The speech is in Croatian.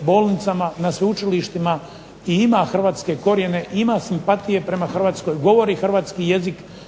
bolnicama, na sveučilištima, i ima hrvatske korijene, ima simpatije prema Hrvatskoj, govori hrvatski jezik,